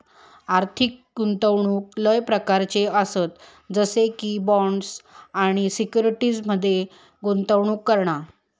आर्थिक गुंतवणूक लय प्रकारच्ये आसत जसे की बॉण्ड्स आणि सिक्युरिटीज मध्ये गुंतवणूक करणा